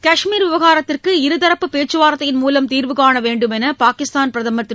கஷ்மீர் விவகாரத்திற்கு இருதரப்பு பேச்சுவார்த்தையின் மூவம் தீர்வு காண வேண்டுமென்று பாகிஸ்தான் பிரதமர் திரு